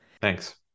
Thanks